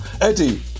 Eddie